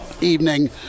evening